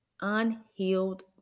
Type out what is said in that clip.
unhealed